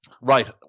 Right